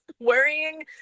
worrying